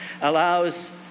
allows